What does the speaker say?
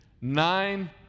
nine